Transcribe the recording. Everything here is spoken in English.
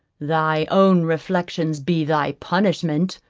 thy own reflexions be thy punishment.